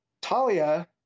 Talia